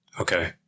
Okay